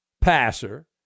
passer